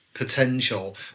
potential